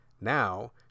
now